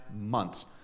months